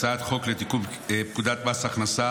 את הצעת החוק בשם יושב-ראש ועדת הכספים.